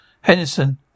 Henderson